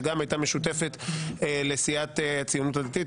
שגם הייתה משותפת לסיעת הציונות הדתית.